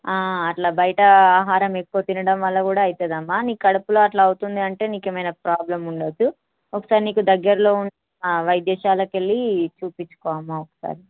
అట్లా బయట ఆహారం ఎక్కువ తినడం వల్ల కూడా అవుతుందమ్మ నీ కడుపులో అట్లా అవుతుంది అంటే నీకు ఏమన్న ప్రాబ్లెమ్ ఉండచ్చు ఒకసారి నీకు దగ్గరలో ఉన్న వైద్యశాలకు వెళ్ళి చూపించుకో అమ్మ ఒకసారి